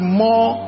more